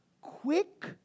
quick